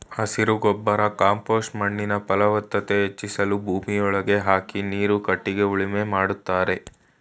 ಹಸಿರು ಗೊಬ್ಬರ ಕಾಂಪೋಸ್ಟ್ ಮಣ್ಣಿನ ಫಲವತ್ತತೆ ಹೆಚ್ಚಿಸಲು ಭೂಮಿಯೊಳಗೆ ಹಾಕಿ ನೀರು ಕಟ್ಟಿಗೆ ಉಳುಮೆ ಮಾಡ್ತರೆ